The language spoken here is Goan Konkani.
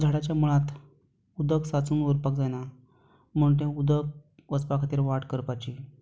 झाडाच्या मुळांत उदक सांचून उरपाक जायना म्हूण तें उदक वचपा खातीर वाट करपाची